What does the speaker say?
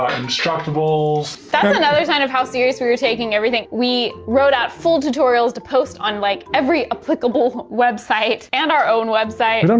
instructables. that's another sign of how serious we were taking everything. we wrote out full tutorials to post on like every applicable website and our own website. um